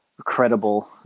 credible